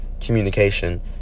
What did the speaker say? communication